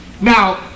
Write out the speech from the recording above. Now